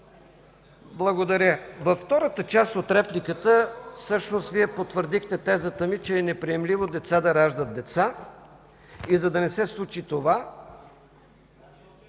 Благодаря. Във втората част от репликата всъщност Вие потвърдихте тезата ми, че е неприемливо деца да раждат деца и за да не се случи това...